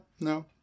no